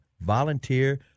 volunteer